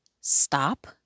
stop